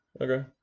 Okay